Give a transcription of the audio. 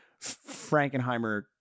Frankenheimer